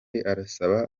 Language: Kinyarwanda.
arasaba